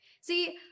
See